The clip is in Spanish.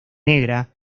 negra